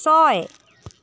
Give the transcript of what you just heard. ছয়